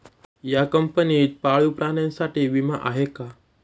या कंपनीत पाळीव प्राण्यांसाठी विमा आहे का?